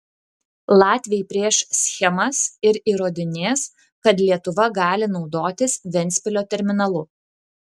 latviai pieš schemas ir įrodinės kad lietuva gali naudotis ventspilio terminalu